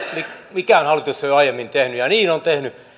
mikään hallitus ei ole aiemmin tehnyt ja niin on tehnyt ei